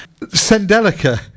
Sendelica